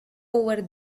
over